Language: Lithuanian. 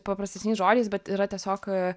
paprastesniais žodžiais bet yra tiesiog